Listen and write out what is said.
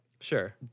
Sure